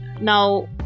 now